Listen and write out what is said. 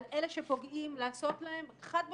על אלה שפוגעים, לעשות להם חד משמעית,